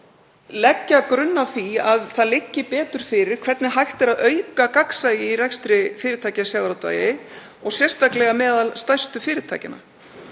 leggja grunn að því að það liggi betur fyrir hvernig hægt er að auka gagnsæi í rekstri fyrirtækja í sjávarútvegi og sérstaklega meðal stærstu fyrirtækjanna.